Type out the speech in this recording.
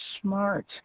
smart